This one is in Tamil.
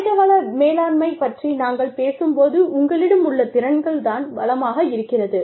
மனிதவள மேலாண்மை பற்றி நாங்கள் பேசும்போது உங்களிடம் உள்ள திறன்கள் தான் வளமாக இருக்கிறது